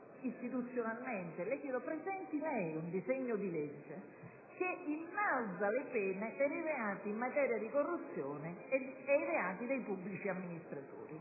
la sfido - istituzionalmente - a presentare un disegno di legge che innalzi le pene per i reati in materia di corruzione e per i reati dei pubblici amministratori.